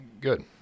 Good